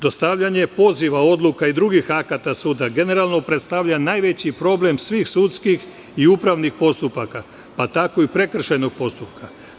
Dostavljanje poziva, odluka i drugih akata suda, generalno predstavlja najveći problem svih sudskih i upravnih postupaka, pa tako i prekršajnog postupka.